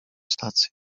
stację